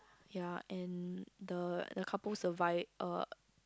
ya and the the couples survive